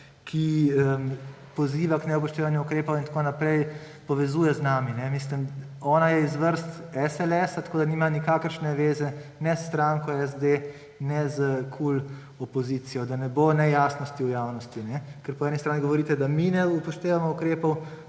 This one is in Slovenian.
ki poziva k neupoštevanju ukrepov, z nami. Mislim, ona je iz vrst SLS, tako da nima nikakršne veze ne s stranko SD ne z opozicijo KUL, da ne bo nejasnosti v javnosti. Ker po eni strani govorite, da mi ne upoštevamo ukrepov,